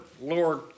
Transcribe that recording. Lord